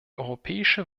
europäische